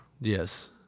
Yes